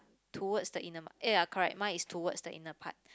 towards the inner ya ya correct mine is towards the inner part